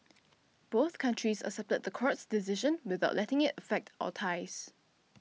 both countries accepted the court's decision without letting it affect our ties